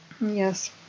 yes